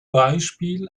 beispiel